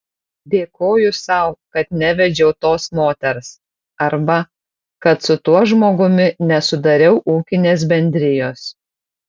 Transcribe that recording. dėkoju sau kad nevedžiau tos moters arba kad su tuo žmogumi nesudariau ūkinės bendrijos